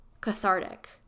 cathartic